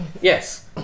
Yes